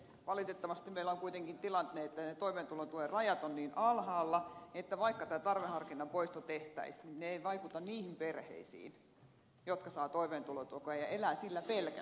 valitettavasti meillä on kuitenkin tilanne että toimeentulotuen rajat ovat niin alhaalla että vaikka tämä tarveharkinnan poisto tehtäisiin niin se ei vaikuta niihin perheisiin jotka saavat toimeentulotukea ja elävät sillä pelkästään